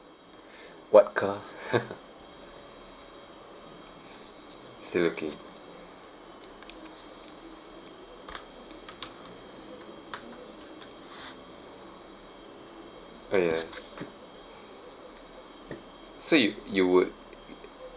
what car still looking oh ya so you you would